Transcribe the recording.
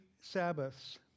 Sabbaths